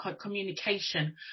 communication